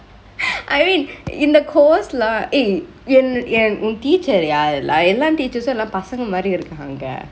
I mean in the course lah eh